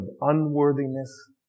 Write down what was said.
unworthiness